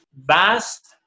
vast